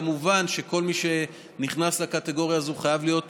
כמובן שכל מי שנכנס לקטגוריה הזו חייב להיות